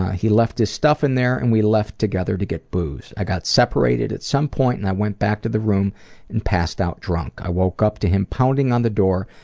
he left his stuff in there and we left together to get booze. i got separated at some point and i went back to the room and passed out drunk. i woke up to him pounding on the door,